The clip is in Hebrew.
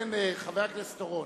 חבר הכנסת אורון,